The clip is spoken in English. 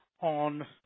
on